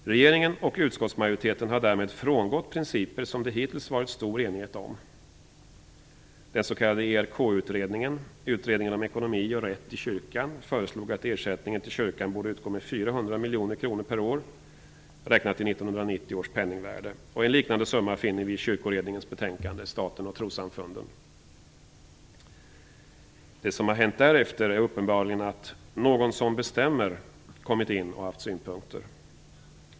Regeringen och utskottsmajoriteten har därmed frångått principer som det hittills varit stor enighet om. Den s.k. ERK-utredningen, Utredningen om ekonomi och rätt i kyrkan, föreslog att ersättningen till kyrkan borde utgå med 400 miljoner kronor per år, räknat i 1990 års penningvärde, och en liknande summa finner vi i Kyrkoberedningens betänkande Det som har hänt därefter är uppenbarligen att någon som bestämmer kommit in och haft synpunkter.